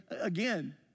again